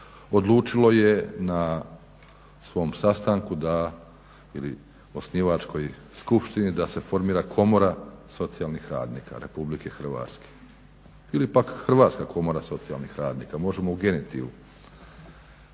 odlučilo je na svom sastanku da, ili osnivačkoj skupštini da se formira Komora socijalnih radnika Republike Hrvatske, ili pak Hrvatska komora socijalnih radnika, možemo u genitivu.